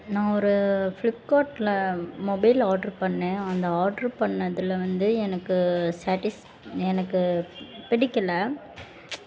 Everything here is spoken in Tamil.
நான் ஒரு ஃப்ளிப்கார்ட்ல மொபைல் ஆர்ட்ரு பண்ணேன் அந்த ஆர்ட்ரு பண்ணதில் வந்து எனக்கு ஃஷேட்டிஸ் எனக்கு பிடிக்கலை